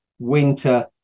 winter